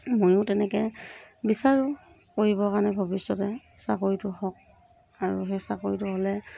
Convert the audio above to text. ময়ো তেনেকে বিচাৰোঁ কৰিবৰ কাৰণে ভৱিষ্যতে চাকৰিটো হওক আৰু সেই চাকৰিটো হ'লে